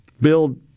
build